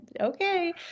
okay